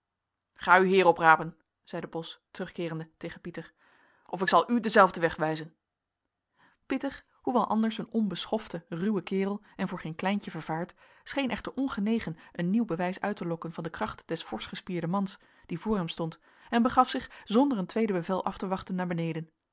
ga uw heer oprapen zeide bos terugkeerende tegen pieter of ik zal u denzelfden weg wijzen pieter hoewel anders een onbeschofte ruwe kerel en voor geen kleintje vervaard scheen echter ongenegen een nieuw bewijs uit te lokken van de kracht des forschgespierden mans die voor hem stond en begaf zich zonder een tweede bevel af te wachten naar beneden